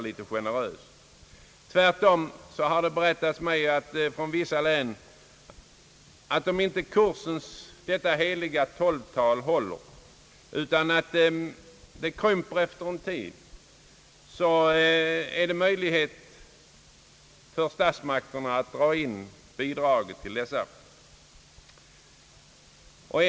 Det har tvärtom berättats för mig att det i vissa län är på det sättet att det, om inte detta heliga tal av tolv hålls utan krymper efter en viss tid, finns möjlighet för statsmakterna att dra in statsbidraget.